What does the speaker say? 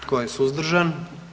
Tko je suzdržan?